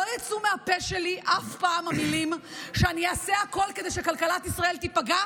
לא יצאו מהפה שלי אף פעם המילים שאני אעשה הכול כדי שכלכלת ישראל תיפגע,